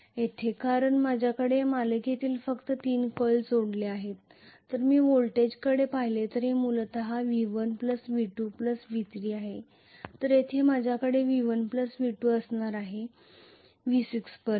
येथे कारण माझ्याकडे मालिकेमध्ये फक्त तीन कॉइल्स जोडलेले आहेत जर मी व्होल्टेजकडे पाहिले तर ते मूलत V1 V2 V3 आहे तर येथे माझ्याकडे V1 V2 असणार आहे V6 पर्यंत